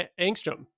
Angstrom